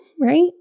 right